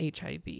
HIV